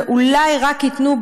ואולי רק ייתנו,